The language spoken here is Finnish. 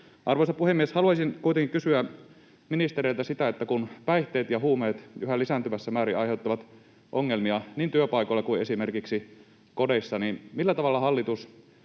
Arvoisa puhemies! Haluaisin kuitenkin kysyä ministereiltä: päihteet ja huumeet yhä lisääntyvässä määrin aiheuttavat ongelmia niin työpaikoilla kuin esimerkiksi kodeissa, niin millä tavalla hallitus